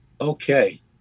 Okay